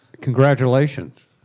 congratulations